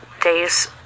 days